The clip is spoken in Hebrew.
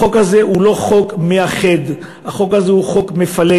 החוק הזה הוא לא חוק מאחד, החוק הזה הוא חוק מפלג.